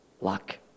luck